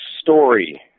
story